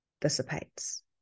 dissipates